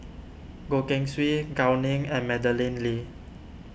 Goh Keng Swee Gao Ning and Madeleine Lee